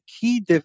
key